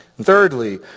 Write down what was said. Thirdly